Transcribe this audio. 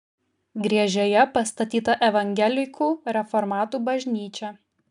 griežėje pastatyta evangelikų reformatų bažnyčia